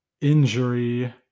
injury